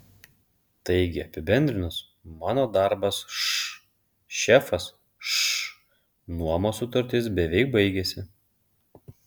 taigi apibendrinus mano darbas š šefas š nuomos sutartis beveik baigiasi